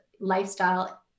lifestyle